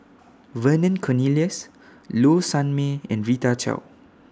Vernon Cornelius Low Sanmay and Rita Chao